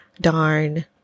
darn